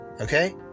Okay